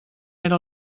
era